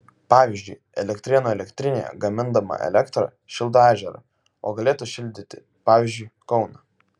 pavyzdžiui elektrėnų elektrinė gamindama elektrą šildo ežerą o galėtų šildyti pavyzdžiui kauną